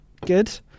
Good